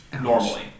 Normally